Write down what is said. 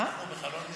אנחנו בחלון הזדמנויות.